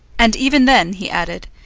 and even then, he added,